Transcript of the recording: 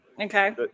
Okay